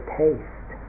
taste